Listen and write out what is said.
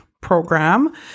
program